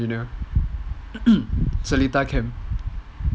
seletar camp